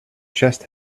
chest